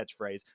catchphrase